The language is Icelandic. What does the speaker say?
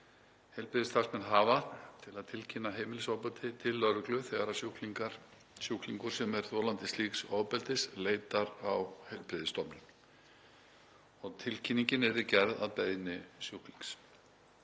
heilbrigðisstarfsmenn hafa til að tilkynna heimilisofbeldi til lögreglu þegar sjúklingur sem er þolandi slíks ofbeldis leitar á heilbrigðisstofnun. Tilkynningin yrði gerð að beiðni sjúklings.